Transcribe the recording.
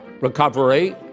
recovery